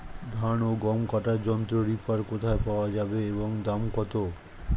ধান ও গম কাটার যন্ত্র রিপার কোথায় পাওয়া যাবে এবং দাম কত?